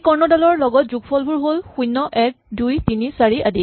এই কৰ্ণডালৰ লগত যোগফলবোৰ হ'ল ০ ১ ২ ৩ ৪ আদি